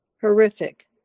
horrific